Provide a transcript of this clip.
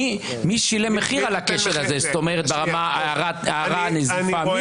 מי שילם מחיר על הכשל הזה ברמת הערה, נזיפה?